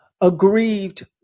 aggrieved